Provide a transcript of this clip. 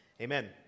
Amen